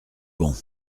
bon